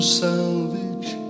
salvage